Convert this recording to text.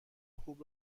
خوب